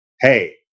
hey